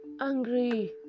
angry